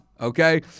Okay